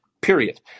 period